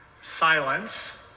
silence